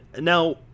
Now